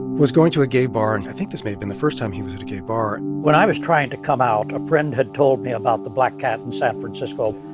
was going to a gay bar. and i think this may have been the first time he was at a gay bar when i was trying to come out, a friend had told me about the black cat in san francisco.